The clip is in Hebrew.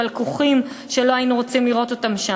אבל כוכים שלא היינו רוצים לראות אותם בהם.